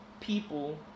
people